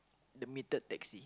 the metered taxi